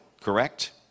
correct